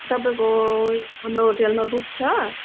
तपाईँको हाम्रो होटलमा बुक छ